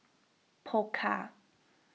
Pokka